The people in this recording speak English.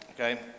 Okay